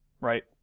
right